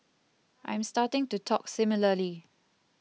I am starting to talk similarly